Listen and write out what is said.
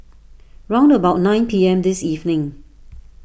round about nine P M this evening